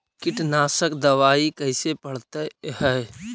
कीटनाशक दबाइ कैसे पड़तै है?